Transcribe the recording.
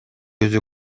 өзү